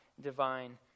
divine